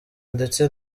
ndetse